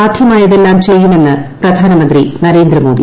സാധ്യമായതെല്ലാം ചെയ്യുമെന്ന് പ്രധാനമന്ത്രി നരേന്ദ്രമോദി